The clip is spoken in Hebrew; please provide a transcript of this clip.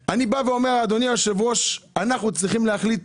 אדוני היושב ראש, אנחנו צריכים להחליט